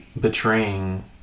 betraying